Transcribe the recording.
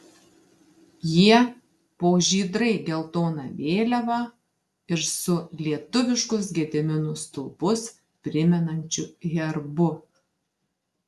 jie po žydrai geltona vėliava ir su lietuviškus gedimino stulpus primenančiu herbu